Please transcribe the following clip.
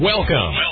Welcome